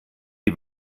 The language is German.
die